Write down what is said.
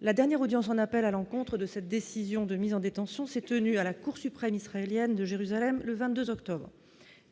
la dernière audience en appel à l'encontre de cette décision de mise en détention, ses tenues à la Cour suprême israélienne de Jérusalem, le 22 octobre